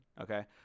Okay